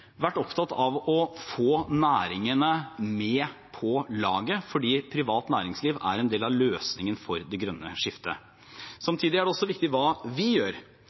vært opptatt av å få næringene med på laget, fordi privat næringsliv er en del av løsningen for det grønne skiftet. Samtidig er det også viktig hva vi gjør,